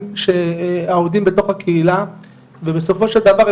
שעובדים בתוך הקהילה ובסופו של דבר,